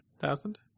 thousand